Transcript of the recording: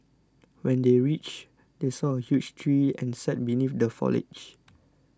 when they reached they saw a huge tree and sat beneath the foliage